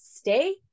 stay